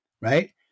right